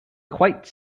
quite